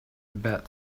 about